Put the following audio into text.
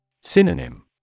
Synonym